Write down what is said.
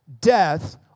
death